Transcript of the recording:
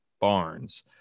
Barnes